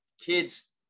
kids